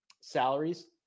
salaries